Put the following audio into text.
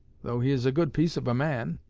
though he is a good piece of a man.